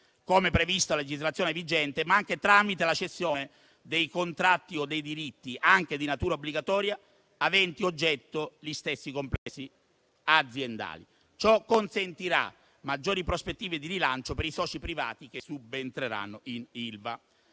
come previsto a legislazione vigente, ma anche tramite la cessione dei contratti o dei diritti, anche di natura obbligatoria, aventi oggetto gli stessi complessi aziendali. Ciò consentirà maggiori prospettive di rilancio per i soci privati che subentreranno in Ilva.